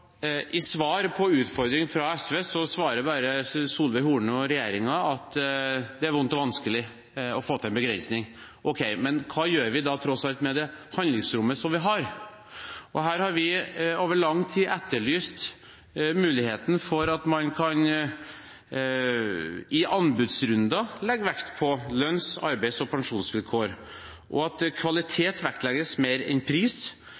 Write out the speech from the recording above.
I svar på utfordringen fra Sosialistisk Venstreparti svarer bare Solveig Horne og regjeringa at det er vondt og vanskelig å få til en begrensning. Ok, men hva gjør vi da tross alt med det handlingsrommet vi har? Her har vi over lang tid etterlyst muligheten for at man i anbudsrunden kan legge vekt på lønns-, arbeids- og pensjonsvilkår, at kvalitet vektlegges mer enn pris, og at